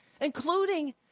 including